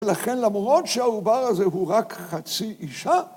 לכן למרות שהעובר הזה הוא רק חצי אישה